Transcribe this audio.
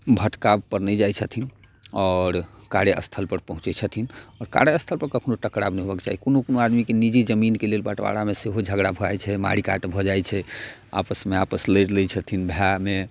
भटकाव पर नहि जाइ छथिन आओर कार्यस्थल पर पहुँचै छथिन आओर कार्यस्थल पर कखनो टकराव नहि होयबाक चाही कोनो कोनो आदमी के निजी जमीन के लेल बटवारा मे सेहो झगड़ा भऽ जाइ छै मारि काट भऽ जाइ छै आपस मे आपस लैड़ि लै छथिन भाइ मे